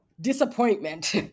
disappointment